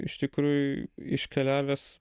iš tikrųjų iškeliavęs